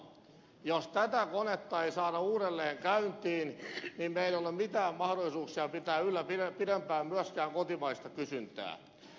jos tätä konetta ei saada uudelleen käyntiin niin meillä ei ole mitään mahdollisuuksia pitää yllä pidempään myöskään kotimaista kysyntää